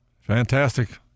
Fantastic